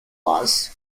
laws